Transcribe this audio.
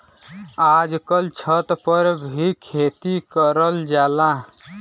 आजकल छत पर भी खेती करल जाला